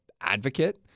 advocate